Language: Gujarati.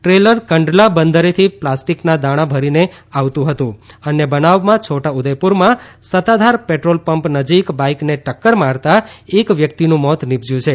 ટ્રેલર કંડલા બંદરેથી પ્લાસ્ટીકના દાણા ભરીને આવતું હતું અન્ય બનાવમાં છોટાઉદેપુરમાં સત્તાધાર પેટ્રોલપંપ નજીક બાઇકને ટક્કર મારતા એક વ્યક્તિનું મોત નિપજ્યું છે